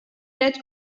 that